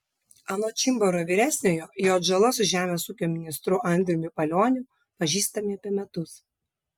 anot čimbaro vyresniojo jo atžala su žemės ūkio ministru andriumi palioniu pažįstami apie metus